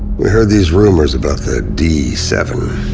we heard these rumors about the d seven.